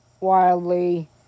wildly